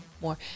more